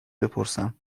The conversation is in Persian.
بپرسم